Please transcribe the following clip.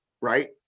Right